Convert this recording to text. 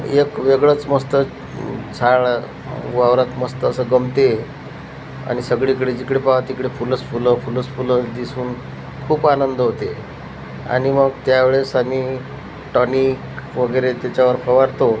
एक वेगळंच मस्त झाड वावरात मस्त असं गमते आणि सगळीकडे जिकडे पहावं तिकडे फुलंच फुलं फुलंच फुलं दिसून खूप आनंद होते आणि मग त्यावेळेस आम्ही टॉनिक वगैरे त्याच्यावर फवारतो